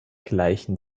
gleichen